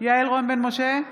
יעל רון בן משה,